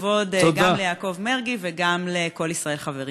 כבוד גם ליעקב מרגי וגם ל"כל ישראל חברים".